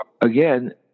again